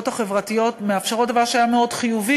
החברתיות מאפשרות דבר שהיה מאוד חיובי,